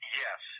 yes